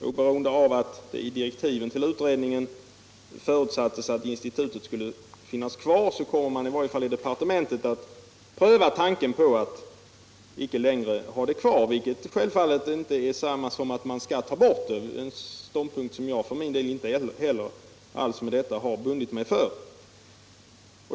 Oberoende av att det i direktiven till utredningen förutsattes att institutet skulle finnas kvar kommer man i varje fall inom departementet att pröva tanken att inte längre ha det kvar, vilket självfallet inte är detsamma som att man skall ta bort det — en ståndpunkt som jag inte heller med det anförda har bundit mig för.